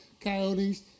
coyotes